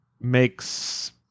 makes